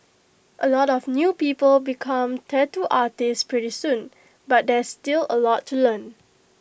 A lot of new people become tattoo artists pretty soon but there's still A lot to learn